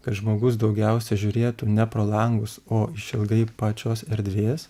kad žmogus daugiausia žiūrėtų ne pro langus o išilgai pačios erdvės